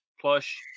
plush